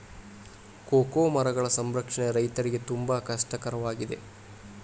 cocoa ಮರಗಳ ಸಂರಕ್ಷಣೆ ರೈತರಿಗೆ ತುಂಬಾ ಕಷ್ಟ ಕರವಾಗಿದೆ